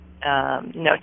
No